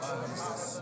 Jesus